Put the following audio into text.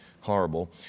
horrible